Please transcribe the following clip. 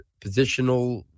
positional